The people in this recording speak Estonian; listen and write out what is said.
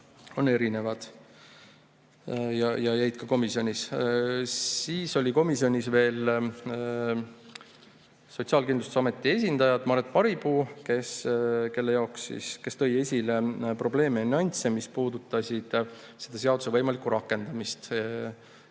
[erinevaks] ka komisjonis. Siis oli komisjonis veel Sotsiaalkindlustusameti esindaja Maret Maripuu, kes tõi esile probleeme ja nüansse, mis puudutasid seaduse võimalikku rakendamist.